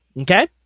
Okay